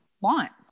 want